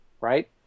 right